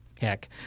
Heck